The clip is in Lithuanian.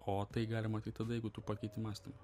o tai galima tik tada jeigu tu pakeiti mąstymą